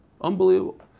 Unbelievable